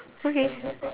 okay